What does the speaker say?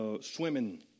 swimming